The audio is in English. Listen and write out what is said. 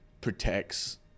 protects